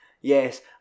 Yes